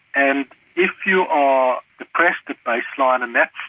and if you are depressed at baseline and that